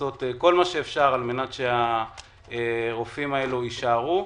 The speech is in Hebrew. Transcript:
לעשות כל מה שאפשר על מנת שהרופאים האלו יישארו.